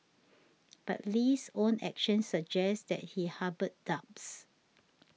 but Lee's own actions suggest that he harboured doubts